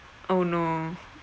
oh no